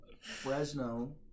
fresno